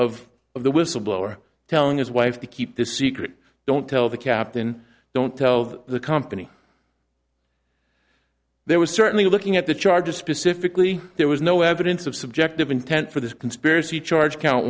of of the whistleblower telling his wife to keep the secret don't tell the captain don't tell of the company there was certainly looking at the charges specifically there was no evidence of subjective intent for this conspiracy charge count